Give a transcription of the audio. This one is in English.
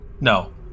No